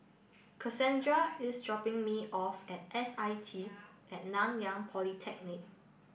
Cassandra is dropping me off at S I T at Nan yang Polytechnic